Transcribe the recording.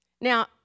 Now